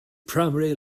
primary